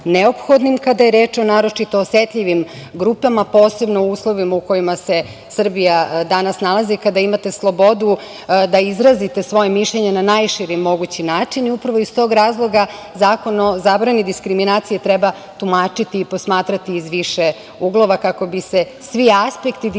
kada je reč o naročito osetljivim grupama, posebno u uslovima u kojima se Srbija danas nalazi kada imate slobodu da izrazite svoje mišljenje na najširi mogući način i upravo iz tog razloga Zakon o zabrani diskriminacije treba tumačiti i posmatrati iz više uglova kako bi se svi aspekti diskriminacije